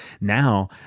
now